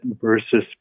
versus